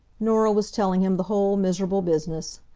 norah was telling him the whole miserable business.